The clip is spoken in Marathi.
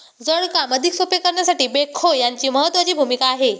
जड काम अधिक सोपे करण्यात बेक्हो यांची महत्त्वाची भूमिका आहे